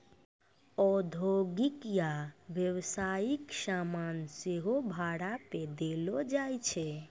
औद्योगिक या व्यवसायिक समान सेहो भाड़ा पे देलो जाय छै